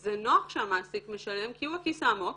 זה נוח שהמעסיק משלם כי הוא הכיס העמוק.